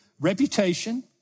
reputation